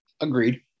Agreed